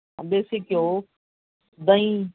ਦੇਸੀ ਘਿਓ ਦਹੀ